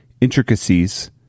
intricacies